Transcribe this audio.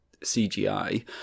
CGI